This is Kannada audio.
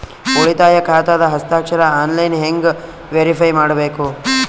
ಉಳಿತಾಯ ಖಾತಾದ ಹಸ್ತಾಕ್ಷರ ಆನ್ಲೈನ್ ಹೆಂಗ್ ವೇರಿಫೈ ಮಾಡಬೇಕು?